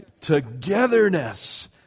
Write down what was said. Togetherness